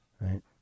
right